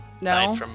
no